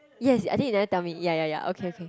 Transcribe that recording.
yes I think you never tell me ya ya ya okay okay